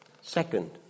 Second